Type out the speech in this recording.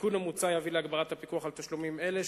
התיקון המוצע יביא להגברת הפיקוח על תשלומים אלה,